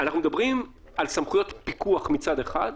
אנחנו מדברים על סמכויות פיקוח מצד אחד,